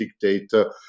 data